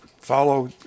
follow